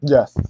Yes